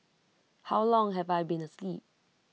how long have I been asleep